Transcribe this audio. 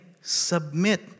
submit